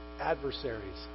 adversaries